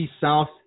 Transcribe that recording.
south